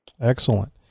Excellent